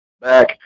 back